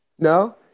No